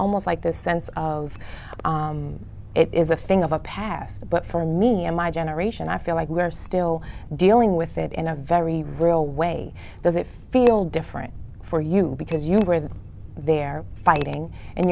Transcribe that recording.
almost like this sense of it is a thing of the past but for me and my generation i feel like we're still dealing with it in a very real way does it feel different for you because you know where they're fighting and